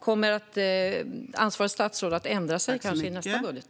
Kommer ansvarigt statsråd att ändra sig i nästa budget?